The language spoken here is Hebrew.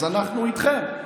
אז אנחנו איתכם.